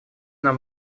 нам